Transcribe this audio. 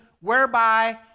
whereby